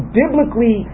biblically